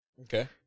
Okay